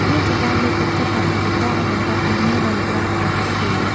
វាជាការលើកទឹកចិត្តដល់កសិករឱ្យបន្តការងារដ៏លំបាករបស់ពួកគេ។